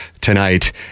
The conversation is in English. tonight